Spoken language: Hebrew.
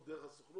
או דרך הסוכנות?